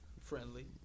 friendly